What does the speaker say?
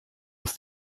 ist